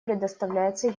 предоставляется